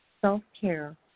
self-care